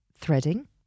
threading